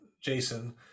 Jason